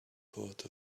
part